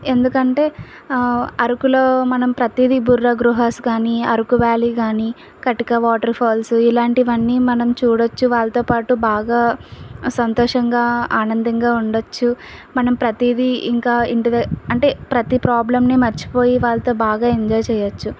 ఎందుకంటే అరకులో మనం ప్రతీదీ బుర్ర గుహాస్ కానీ అరకు వ్యాలీ గానీ కటిక వాటర్ ఫాల్స్ ఇలాంటివన్నీ మనం చూడచ్చు వాళ్ళతో పాటు బాగా సంతోషంగా ఆనందంగా ఉండచ్చు మనం ప్రతీదీ ఇంకా ఇంటి ద అంటే ప్రతి ప్రాబ్లంని మర్చిపోయి వాళ్ళతో బాగా ఎంజాయ్ చేయచ్చు